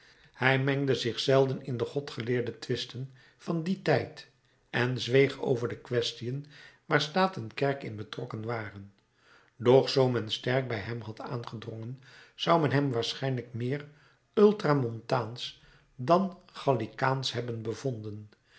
hij mengde zich zelden in de godgeleerde twisten van dien tijd en zweeg over de kwestiën waar staat en kerk in betrokken waren doch zoo men sterk bij hem had aangedrongen zou men hem waarschijnlijk meer ultramontaansch dan gallikaansch hebben bevonden